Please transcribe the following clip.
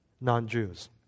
non-Jews